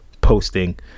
posting